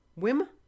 Wim